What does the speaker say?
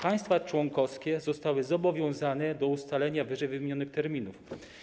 Państwa członkowskie zostały zobowiązane do ustalenia ww. terminów.